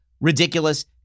ridiculous